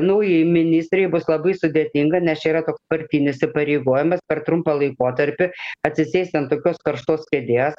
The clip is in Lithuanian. naujai ministrei bus labai sudėtinga nes čia yra partinis įpareigojimas per trumpą laikotarpį atsisėsti ant tokios karštos kėdės